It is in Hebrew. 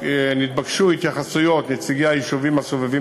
נתבקשו התייחסויות נציגי היישובים הסובבים